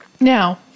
Now